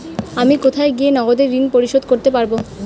আমি কোথায় গিয়ে নগদে ঋন পরিশোধ করতে পারবো?